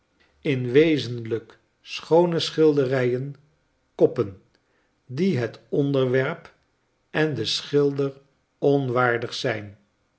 in wezenlijk schoone schilderijen koppen die het onderwerp en den schilder onwaardig zijn